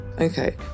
Okay